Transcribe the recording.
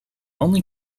only